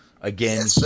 Again